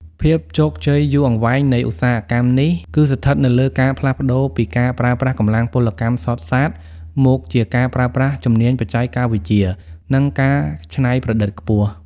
ភាពជោគជ័យយូរអង្វែងនៃឧស្សាហកម្មនេះ គឺស្ថិតនៅលើការផ្លាស់ប្តូរពីការប្រើប្រាស់កម្លាំងពលកម្មសុទ្ធសាធ មកជាការប្រើប្រាស់ជំនាញបច្ចេកវិទ្យា និងការច្នៃប្រឌិតខ្ពស់។